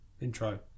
intro